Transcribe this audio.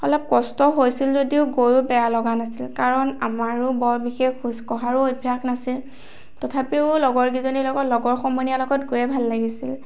অলপ কষ্ট হৈছিল যদিও গৈয়ো বেয়া লগা নাছিল কাৰণ আমাৰো বৰ বিশেষ খোজকঢ়াৰো অভ্যাস নাছিল তথাপিও লগৰ কেইজনীৰ লগত লগৰ সমনীয়াৰ লগত গৈয়ে ভাল লাগিছিল